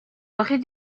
aurait